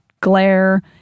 glare